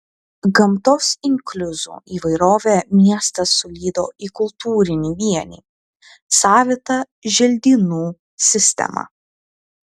gamtos inkliuzų įvairovę miestas sulydo į kultūrinį vienį savitą želdynų sistemą